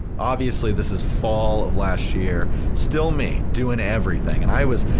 obviously this is fall of last year, still me doing everything and i was,